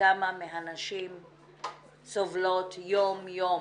כמה מהנשים סובלות יום יום